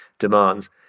demands